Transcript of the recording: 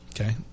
Okay